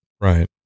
Right